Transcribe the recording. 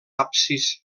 absis